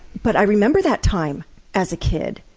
but i remember that time as a kid.